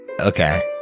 Okay